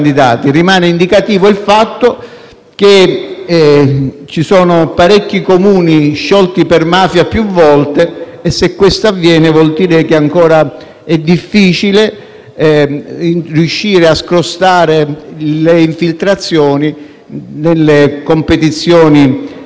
che ci sono parecchi Comuni sciolti per mafia più volte e, se questo avviene, vuol dire che è ancora difficile riuscire a scrostare le infiltrazioni nelle competizioni elettorali locali.